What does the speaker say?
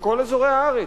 בכל אזורי הארץ.